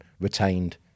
retained